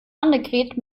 annegret